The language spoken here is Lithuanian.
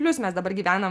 plius mes dabar gyvenam